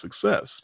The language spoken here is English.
success